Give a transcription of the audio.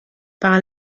par